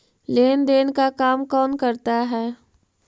लेन देन का काम कौन करता है?